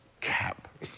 Cap